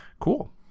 Cool